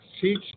teach